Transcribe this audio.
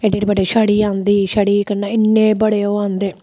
एड्डी एड्डी बड्डी छड़ी औंदी छड़ी कन्नै इन्नै बड़े ओह् औंदे